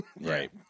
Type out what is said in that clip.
Right